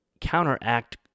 counteract